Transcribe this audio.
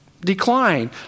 Decline